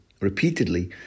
repeatedly